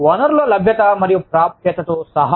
వనరుల లభ్యత మరియు ప్రాప్యతతో సహా